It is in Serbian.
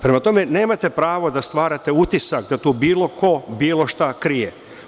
Prema tome, nemate pravo da stvarate utisak da tu bilo ko bilo šta krije.